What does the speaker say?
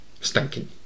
stinking